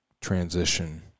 transition